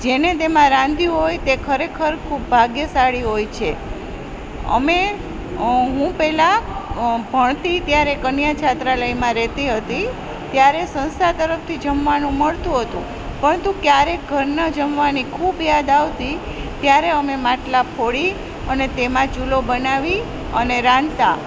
જેને તેમાં રાંધ્યું હોય તે ખરેખર ખૂબ ભાગ્યશાળી હોય છે અમે હું પહેલાં ભણતી ત્યારે કન્યા છાત્રાલયમાં રહેતી હતી ત્યારે સંસ્થા તરફથી જમવાનું મળતું હતું પરંતુ ક્યારેક ઘરનાં જમવાની ખૂબ યાદ આવતી ત્યારે અમે માટલાં ફોડી અને તેમાં ચૂલો બનાવી અને રાંધતાં